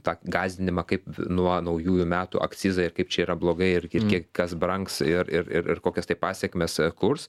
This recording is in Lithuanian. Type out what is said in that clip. tą gąsdinimą kaip nuo naujųjų metų akcizai ir kaip čia yra blogai ir ir kiek kas brangs ir ir ir ir kokias tai pasekmes kurs